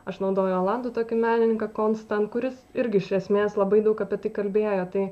aš naudoju olandų tokį menininką konstan kuris irgi iš esmės labai daug apie tai kalbėjo tai